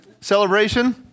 celebration